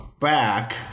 back